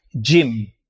Gym